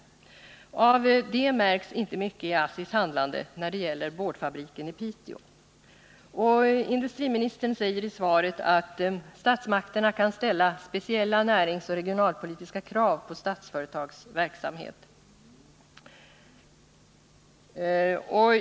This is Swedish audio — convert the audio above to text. Av det märks dock inte mycket i ASSI:s handlande när det gäller boardfabriken i Piteå. Industriministern säger i svaret att statsmakterna kan ställa speciella näringsoch regionalpolitiska krav på Statsföretags verksamhet.